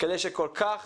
כאשר כל כך